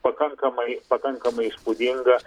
pakankamai pakankamai įspūdinga